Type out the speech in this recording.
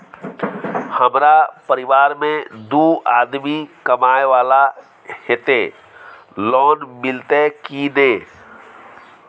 हमरा परिवार में दू आदमी कमाए वाला हे ते लोन मिलते की ने?